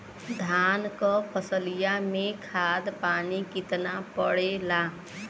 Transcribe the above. धान क फसलिया मे खाद पानी कितना पड़े ला?